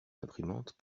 imprimante